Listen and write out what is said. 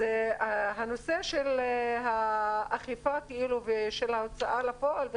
בנושא של הגבייה של הוצאה לפועל,